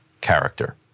character